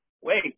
wait